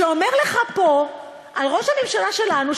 כשאומר לך פה על ראש הממשלה שלנו,